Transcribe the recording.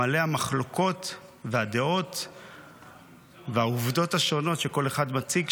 מלא המחלוקות והדעות והעובדות השונות שכל אחד מציג,